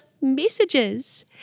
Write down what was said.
messages